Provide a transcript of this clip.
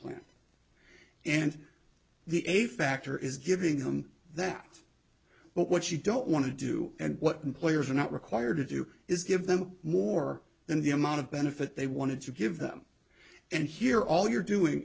plan and the a factor is giving them that but what you don't want to do and what employers are not required to do is give them more than the amount of benefit they wanted to give them and here all you're doing